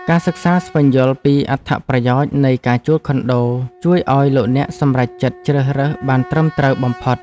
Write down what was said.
ការសិក្សាស្វែងយល់ពីអត្ថប្រយោជន៍នៃការជួលខុនដូជួយឱ្យលោកអ្នកសម្រេចចិត្តជ្រើសរើសបានត្រឹមត្រូវបំផុត។